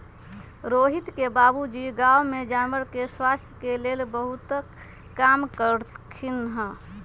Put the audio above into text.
रोहित के बाबूजी गांव में जानवर के स्वास्थ के लेल बहुतेक काम कलथिन ह